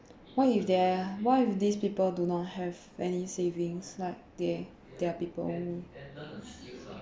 what if there what if these people do not have any savings like there there are people